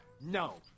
No